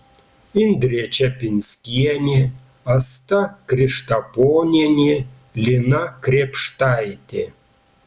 indrė čepinskienė asta krištaponienė lina krėpštaitė